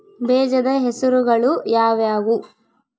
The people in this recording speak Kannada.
ಬೇಜದ ಹೆಸರುಗಳು ಯಾವ್ಯಾವು?